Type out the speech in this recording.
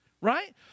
right